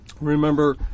Remember